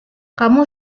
kamu